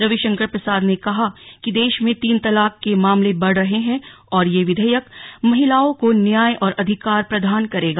रविशंकर प्रसाद ने कहा कि देश में तीन तलाक के मामले बढ़ रहे हैं और यह विधेयक महिलाओं को न्याय और अधिकार प्रदान करेगा